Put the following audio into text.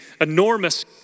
enormous